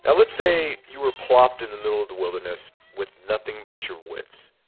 yeah let's say you are plopped in the middle of the wilderness with nothing but your wits.